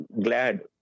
glad